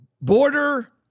border